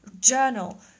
journal